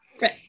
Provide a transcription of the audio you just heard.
Right